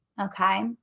Okay